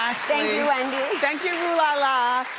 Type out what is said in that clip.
ashlee. thank you, wendy. thank you, rue la la.